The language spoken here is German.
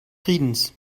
friedens